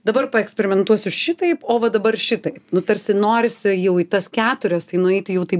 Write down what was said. dabar paeksperimentuosiu šitaip o va dabar šitaip nu tarsi norisi jau į tas keturias tai nueiti jau taip